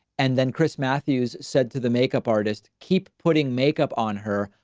and then chris matthews said to the makeup artist keep putting makeup on her,